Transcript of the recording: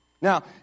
Now